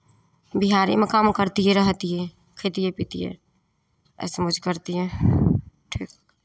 बिहारेमे काम करितियै रहितियै खयतियै पितियै ऐश मौज करितियै ठीक